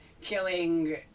killing